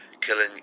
killing